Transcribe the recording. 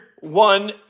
one